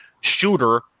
shooter